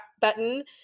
button